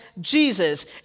jesus